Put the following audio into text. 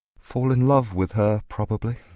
fall in love with her, probably.